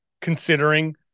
considering